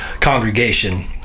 congregation